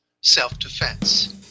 self-defense